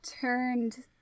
turned